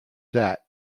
that